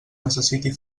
necessiti